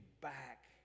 back